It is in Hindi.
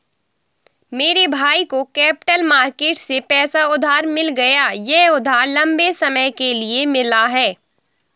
मेरे भाई को कैपिटल मार्केट से पैसा उधार मिल गया यह उधार लम्बे समय के लिए मिला है